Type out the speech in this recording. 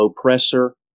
oppressor